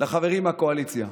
לחברים מהקואליציה: